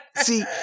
See